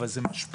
אבל זה משפך.